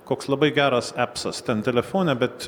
koks labai geras epsas ten telefone bet